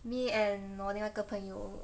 me and 我另外一个朋友